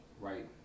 right